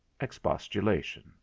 Expostulation